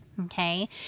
Okay